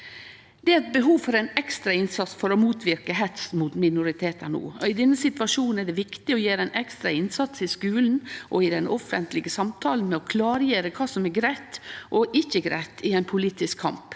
Det er behov for ein ekstra innsats for å motverke hets mot minoritetar no. I denne situasjonen er det viktig å gjere ein ekstra innsats i skulen og i den offentlege samtalen med å klargjere kva som er greitt og ikkje greitt i ein politisk kamp.